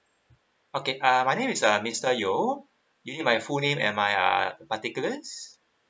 okay uh my name is uh mister yeo you need my full name and my uh particulars